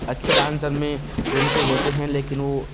अच्छे डांसर में गुण तो होते हैं लेकिन वो